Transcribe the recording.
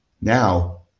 Now